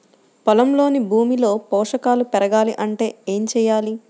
పొలంలోని భూమిలో పోషకాలు పెరగాలి అంటే ఏం చేయాలి?